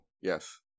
yes